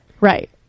Right